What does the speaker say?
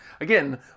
Again